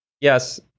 yes